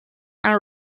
and